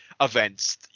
events